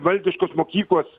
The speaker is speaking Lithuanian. valdiškos mokyklos